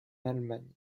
allemagne